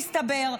מסתבר,